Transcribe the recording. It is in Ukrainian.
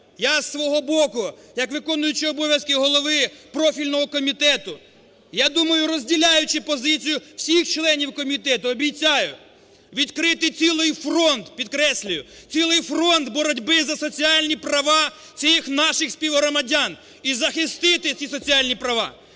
Я зі свого боку як виконуючий обов'язки голови профільного комітету, я думаю, розділяючи позицію всіх членів комітету, обіцяю, відкрити цілий фронт, підкреслюю, цілий фронт боротьби за соціальні права цих наших співгромадян і захистити ці соціальні права.